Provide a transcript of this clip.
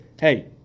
hey